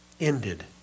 ended